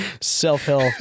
Self-help